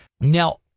Now